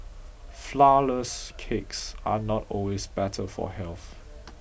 flourless cakes are not always better for health